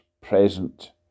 present